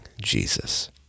Jesus